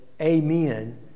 Amen